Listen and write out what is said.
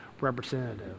representative